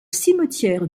cimetière